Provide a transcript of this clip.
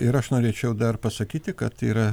ir aš norėčiau dar pasakyti kad yra